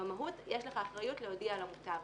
במהות יש לך אחריות להודיע למוטב.